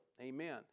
Amen